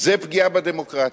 זה פגיעה בדמוקרטיה.